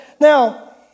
now